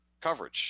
coverage